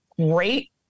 great